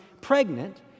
pregnant